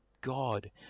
god